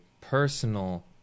personal